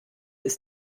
ist